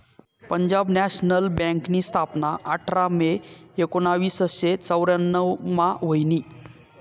Punjab national बँकनी स्थापना आठरा मे एकोनावीसशे चौर्यान्नव मा व्हयनी